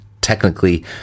technically